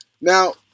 now